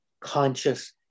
conscious